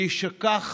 להישכח